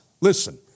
listen